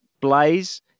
Blaze